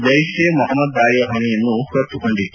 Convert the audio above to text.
ಜೈಷ್ ಎ ಮೊಹಮ್ಮದ್ ದಾಳಿಯ ಹೊಣೆಯನ್ನು ಹೊತುಕೊಂಡಿತ್ತು